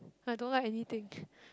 I don't like anything